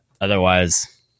Otherwise